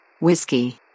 Whiskey